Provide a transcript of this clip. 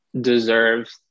deserves